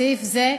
בסעיף זה,